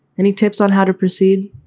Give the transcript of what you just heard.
any tips on how to proceed?